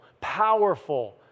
powerful